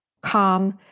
calm